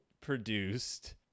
produced